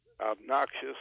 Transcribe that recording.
obnoxious